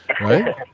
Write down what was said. right